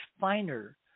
finer